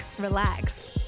relax